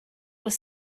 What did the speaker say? was